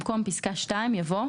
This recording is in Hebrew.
במקום פסקה (2) יבוא: